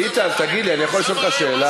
ביטן, תגיד לי, אני יכול לשאול אותך שאלה?